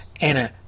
Anna